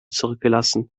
zurückgelassen